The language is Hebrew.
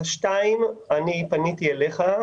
פניתי אליך,